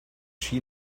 she